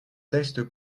texte